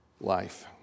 life